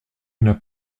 n’as